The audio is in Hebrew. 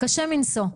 קשה מנשוא.